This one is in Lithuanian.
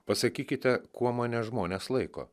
pasakykite kuo mane žmonės laiko